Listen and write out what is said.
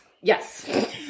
yes